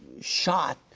shot